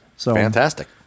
Fantastic